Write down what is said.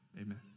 amen